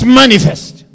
manifest